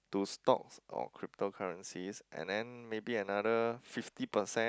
to stocks or cryptocurrencies and then maybe another fifty percent